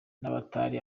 n’abatari